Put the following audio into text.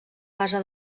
base